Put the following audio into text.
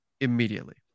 immediately